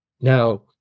Now